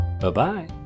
Bye-bye